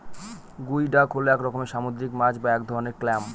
গুই ডাক হল এক রকমের সামুদ্রিক মাছ বা এক ধরনের ক্ল্যাম